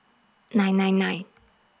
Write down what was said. nine nine nine